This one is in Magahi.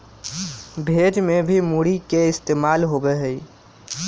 भेज में भी मूरी के इस्तेमाल होबा हई